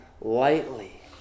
lightly